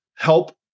help